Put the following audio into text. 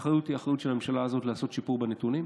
האחריות היא אחריות של הממשלה הזאת לעשות שיפור בנתונים,